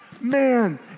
man